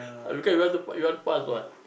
because you want you want fast one